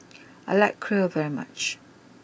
I like Kheer very much